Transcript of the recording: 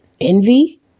envy